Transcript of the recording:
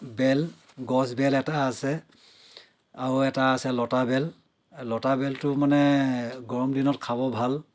বেল গছ বেল এটা আছে আৰু এটা আছে লতা বেল লতা বেলটো মানে গৰম দিনত খাব ভাল